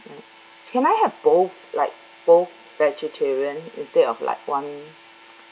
can I have both like both vegetarian instead of like one